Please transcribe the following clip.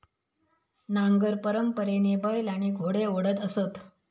नांगर परंपरेने बैल आणि घोडे ओढत असत